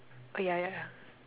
oh yeah yeah yeah